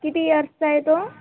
किती ईअर्सचा आहे तो